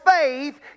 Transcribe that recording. faith